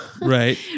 right